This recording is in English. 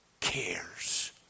cares